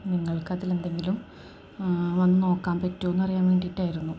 നിങ്ങൾക്കതിലെന്തെങ്കിലും വന്നു നോക്കാൻ പറ്റുമോ എന്ന് അറിയാൻ വേണ്ടിയിട്ടായിരുന്നു